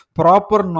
proper